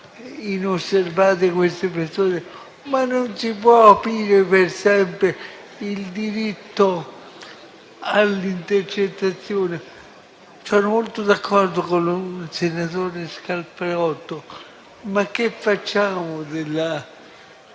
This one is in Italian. inosservate queste persone, ma non si può aprire per sempre il diritto all'intercettazione. Sono molto d'accordo con il senatore Scalfarotto: ma che ne facciamo della